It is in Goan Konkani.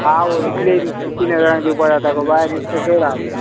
आवोय इतले नुस्तें तीन हजारांक दिवपा जाता गो बाय नुस्तें चोड आहा मुगो